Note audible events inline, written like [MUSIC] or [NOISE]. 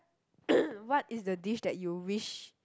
[NOISE] what is the dish that you wish